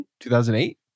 2008